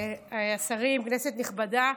השרים, כנסת נכבדה,